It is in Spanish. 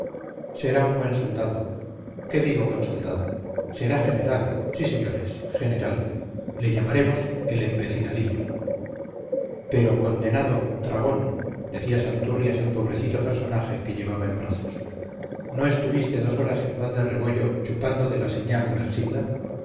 será un buen soldado qué digo buen soldado será general sí señores general le llamamos el empecinadillo pero condenado tragón decía santurrias al pobrecito personaje que llevaba en brazos no estuviste dos horas en val de rebollo chupando de la señá gumersinda